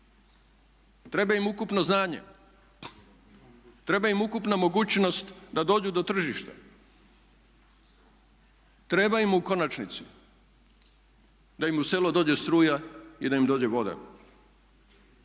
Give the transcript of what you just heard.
Treba im ukupno znanje, treba im ukupna mogućnost da dođu do tržišta. Treba im u konačnici da im u selo dođe struja i da im dođe voda.